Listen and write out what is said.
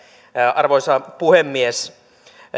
arvoisa puhemies